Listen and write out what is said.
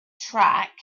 track